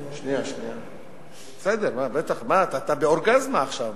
שנייה, שנייה, בטח, מה, אתה באורגזמה עכשיו.